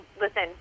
listen